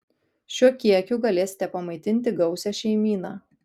šiuo kiekiu galėsite pamaitinti gausią šeimyną